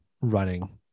running